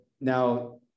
Now